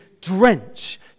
drench